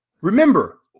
remember